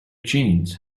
jeans